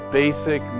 basic